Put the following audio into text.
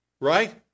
Right